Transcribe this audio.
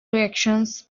reactions